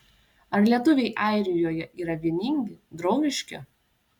ar lietuviai airijoje yra vieningi draugiški